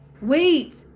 Wait